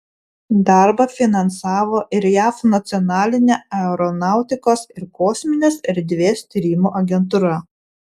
darbą finansavo ir jav nacionalinė aeronautikos ir kosminės erdvės tyrimų agentūra